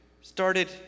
started